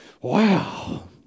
wow